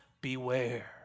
beware